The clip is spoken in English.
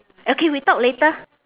okay we talk later